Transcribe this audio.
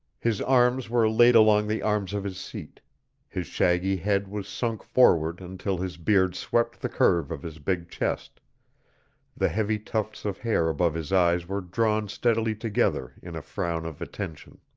his arms were laid along the arms of his seat his shaggy head was sunk forward until his beard swept the curve of his big chest the heavy tufts of hair above his eyes were drawn steadily together in a frown of attention.